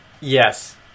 Yes